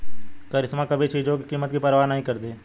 करिश्मा कभी चीजों की कीमत की परवाह नहीं करती